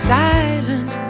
silent